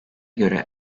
göre